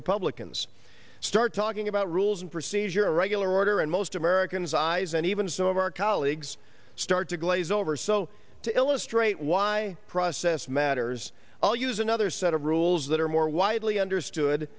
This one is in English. republicans start talking about rules and procedure a regular order and most americans eyes and even some of our colleagues start to glaze over so to illustrate why process matters i'll use another set of rules that are more widely understood